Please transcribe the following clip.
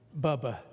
Bubba